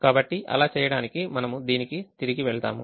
కాబట్టి అలా చేయడానికి మనము దీనికి తిరిగి వెళ్తాము